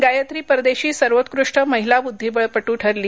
गायत्री परदेशी सर्वोत्कृष्ट महीला वुद्धीबळपट्ट ठरली